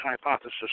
hypothesis